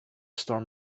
storm